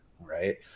right